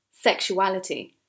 sexuality